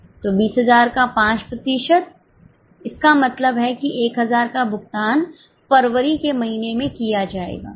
तो 20000का 5 प्रतिशत इसका मतलब है कि 1000 का भुगतान फरवरी के महीने में किया जाएगा